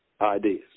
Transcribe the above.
ideas